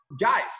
guys